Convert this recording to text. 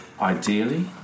Ideally